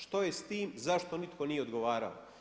Što je s tim, zašto nitko nije odgovarao?